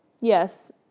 Yes